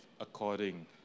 according